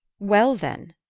well, then?